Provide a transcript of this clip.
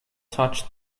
touch